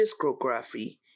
discography